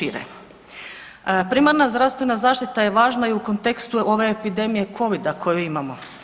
Primarna zdravstvena zaštita je važna i u kontekstu ove epidemije Covida koju imamo.